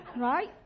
Right